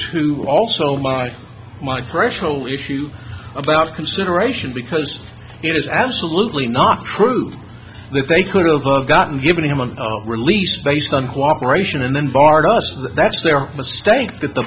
two also mark my threshold if you about consideration because it is absolutely not true that they could have gotten given him a release based on cooperation and then barred us that's their stake that the